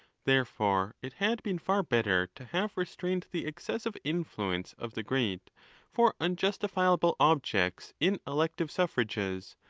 therefore, it had been far better to have restrained the excessive influence of the great for unjustifiable objects in elective suffrages,